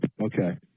Okay